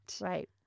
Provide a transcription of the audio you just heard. Right